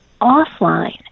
offline